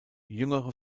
jüngere